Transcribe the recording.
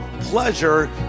pleasure